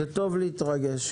טוב להתרגש.